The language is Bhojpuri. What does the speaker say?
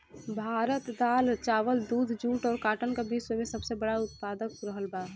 भारत दाल चावल दूध जूट और काटन का विश्व में सबसे बड़ा उतपादक रहल बा